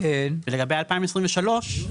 ולגבי 2023,